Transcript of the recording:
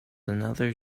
another